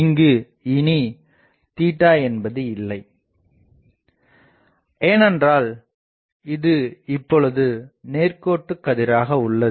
இங்கு இனி என்பது இல்லை ஏனென்றால் இது இப்பொழுது நேர்கோட்டு கதிராக உள்ளது